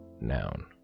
noun